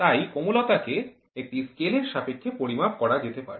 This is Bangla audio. তাই কোমলতাকে একটি স্কেলের সাপেক্ষে পরিমাপ করা যেতে পারে